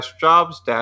jobs